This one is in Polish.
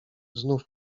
znów